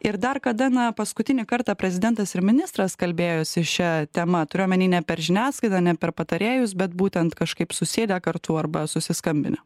ir dar kada na paskutinį kartą prezidentas ir ministras kalbėjosi šia tema turiu omeny ne per žiniasklaidą ne per patarėjus bet būtent kažkaip susėdę kartu arba susiskambinę